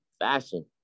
fashion